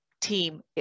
team